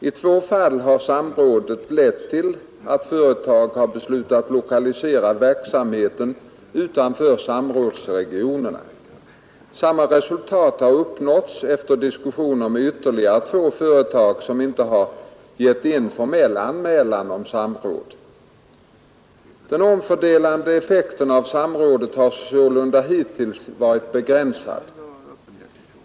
I två fall har samrådet lett till att företag har beslutat lokalisera verksamheten utanför samrådsregionerna. Samma resultat har uppnåtts efter diskussioner med ytterligare två företag, som inte har gett in formell anmälan om samråd. Den omfördelande effekten av samrådet har sålunda hittills varit begränsad.